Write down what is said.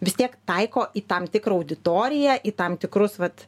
vis tiek taiko į tam tikrą auditoriją į tam tikrus vat